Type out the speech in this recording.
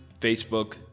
Facebook